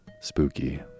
spooky